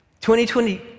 2020